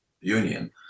Union